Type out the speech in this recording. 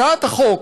הצעת החוק